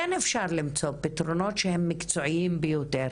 כן אפשר למצוא פתרונות שהם מקצועיים ביותר,